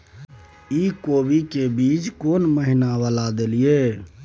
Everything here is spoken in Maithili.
इ कोबी के बीज केना महीना वाला देलियैई?